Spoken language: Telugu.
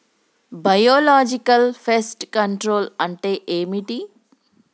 బయోలాజికల్ ఫెస్ట్ కంట్రోల్ అంటే ఏమిటి?